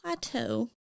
Plateau